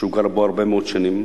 שהוא גר בו הרבה מאוד שנים,